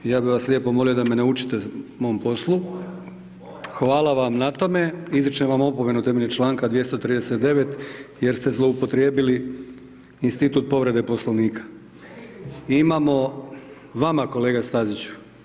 Ja bi vas lijepo molio da me ne učite mom poslu …… [[Upadica sa strane, ne razumije se.]] Hvala vam na tome, izričem vam opomenu temeljem članka 239. jer ste zloupotrijebili institut povrede Poslovnika. … [[Upadica sa strane, ne razumije se.]] Vama kolega, Stazić.